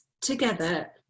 together